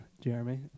Jeremy